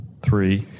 three